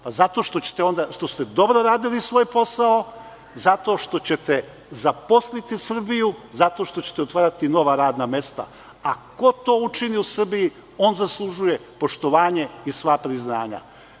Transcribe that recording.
Pa zato što ste dobro radili svoj posao, zato što ćete zaposliti Srbiju, zato što ćete otvarati nova radna mesta, a ko to učini u Srbiji on zaslužuje poštovanje i sva priznanja.